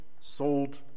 sold